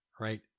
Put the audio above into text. right